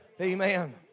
Amen